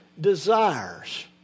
desires